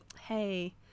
hey